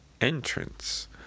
entrance